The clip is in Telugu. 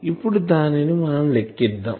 ఇప్పుడు దానిని మనం లెక్కిద్దాం